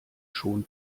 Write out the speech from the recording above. schon